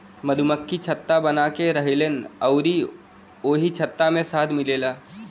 मधुमक्खि छत्ता बनाके रहेलीन अउरी ओही छत्ता से शहद मिलेला